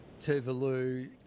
Tuvalu